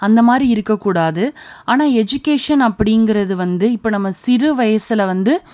அந்தமாதிரி இருக்கக்கூடாது ஆனால் எஜுகேஷன் அப்படிங்கிறது வந்து இப்போ நம்ம சிறு வயசில் வந்து